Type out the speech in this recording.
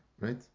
Right